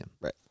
Right